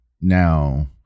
Now